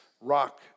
rock